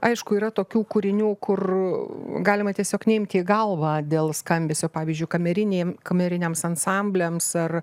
aišku yra tokių kūrinių kur galima tiesiog neimti į galvą dėl skambesio pavyzdžiui kameriniai kameriniams ansambliams ar